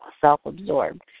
self-absorbed